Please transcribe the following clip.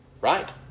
right